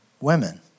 women